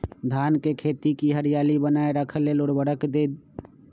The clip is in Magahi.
धान के खेती की हरियाली बनाय रख लेल उवर्रक दी?